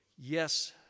Yes